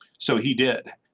so he did.